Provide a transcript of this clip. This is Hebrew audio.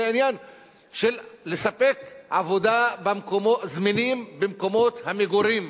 זה עניין של לספק מקומות עבודה זמינים במקומות המגורים.